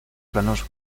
planos